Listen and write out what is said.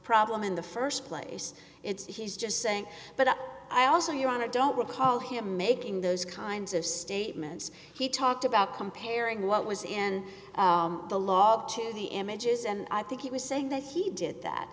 problem in the st place it's he's just saying but i also your honor i don't recall him making those kinds of statements he talked about comparing what was in the law to the images and i think he was saying that he did that